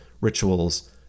rituals